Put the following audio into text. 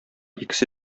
икесе